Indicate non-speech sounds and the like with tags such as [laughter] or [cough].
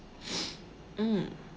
[noise] mm